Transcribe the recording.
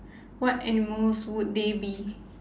what animals would they be